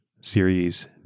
series